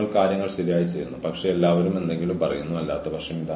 അതിനാൽ two way ആശയവിനിമയത്തിന്റെ channel തുറന്നിട്ടുണ്ടെന്ന് ഉറപ്പാക്കുക